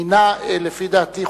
מינה לפי דעתי,